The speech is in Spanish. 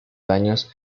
daños